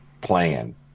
plan